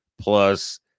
plus